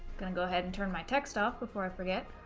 gonna go ahead and turn my text off before i forget.